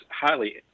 highly